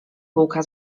bułka